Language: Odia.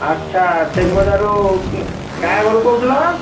ଆଚ୍ଛା ଶେଖ୍ ବଜାରରୁ କାହା ଘରୁ କହୁଥିଲ